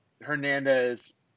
Hernandez